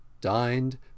dined